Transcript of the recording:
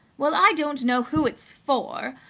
well, i don't know who it's for!